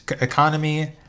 economy